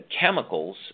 chemicals